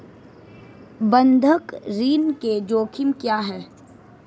बंधक ऋण के जोखिम क्या हैं?